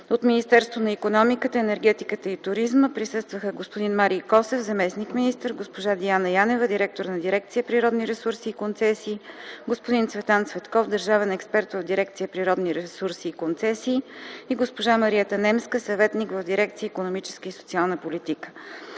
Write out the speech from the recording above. От Министерство на икономиката, енергетиката и туризма присъстваха господин Марий Косев, заместник-министър; госпожа Дияна Янева, директор на дирекция „Природни ресурси и концесии”; господин Цветан Цветков, държавен експерт в дирекция „Природни ресурси и концесии” и госпожа Мариета Немска, съветник в дирекция „Икономическа и социална политика”.